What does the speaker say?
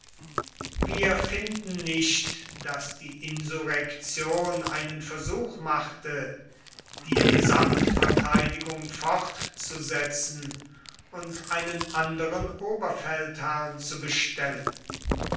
wir finden nicht daß die insurrektion einen versuch machte die gesamtverteidigung fortzusetzen und einen anderen oberfeldherrn zu bestellen